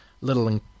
little